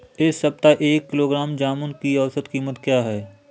इस सप्ताह एक किलोग्राम जामुन की औसत कीमत क्या है?